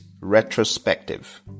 retrospective